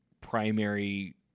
primary